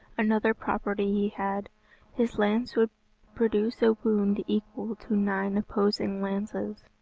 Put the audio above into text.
another property he had his lance would produce a wound equal to nine opposing lances.